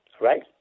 right